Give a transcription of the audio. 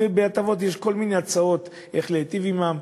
ויש כל מיני הצעות איך להיטיב עמם,